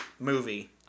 Movie